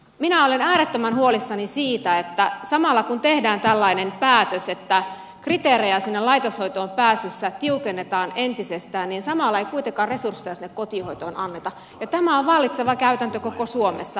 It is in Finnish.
minä olen äärettömän huolissani siitä että samalla kun tehdään tällainen päätös että kriteerejä laitoshoitoon pääsyssä tiukennetaan entisestään ei kuitenkaan resursseja kotihoitoon anneta ja tämä on vallitseva käytäntö koko suomessa